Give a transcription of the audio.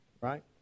right